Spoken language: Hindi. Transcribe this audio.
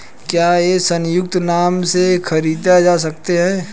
क्या ये संयुक्त नाम से खरीदे जा सकते हैं?